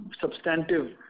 substantive